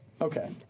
Okay